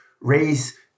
race